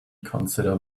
consider